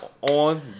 on